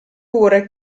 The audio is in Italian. pure